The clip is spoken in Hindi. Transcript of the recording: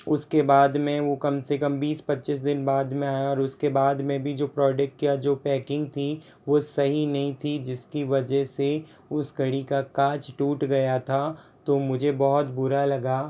उसके बाद में वो कम से कम बीस पच्चीस दिन बाद में आया और बाद में भी जो प्रोडेक्ट या जो पैकिंग थी वो सही नहीं थी जिसकी वजह से उसे घड़ी का काँच टूट गया था तो मुझे बहुत बुरा लगा